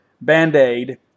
Band-Aid